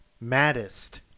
maddest